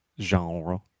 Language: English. genre